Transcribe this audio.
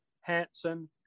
hanson